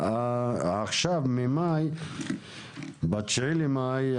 ההצעה מה-9 במאי,